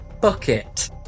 bucket